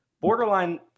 borderline